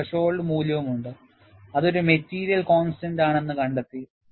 ഒരു ത്രെഷോൾഡ് മൂല്യമുണ്ട് അത് ഒരു മെറ്റീരിയൽ കോൺസ്റ്റന്റാണ് എന്ന് കണ്ടെത്തി